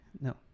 No